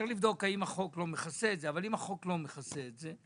אם החוק לא מכסה את זה,